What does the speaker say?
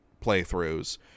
Playthroughs